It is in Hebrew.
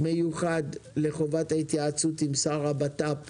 מיוחד לחובת ההתייעצות עם השר לביטחון פנים,